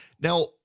Now